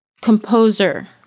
composer